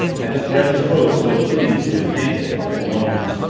at the threads of rope still clinging to his ankles and wondered.